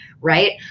right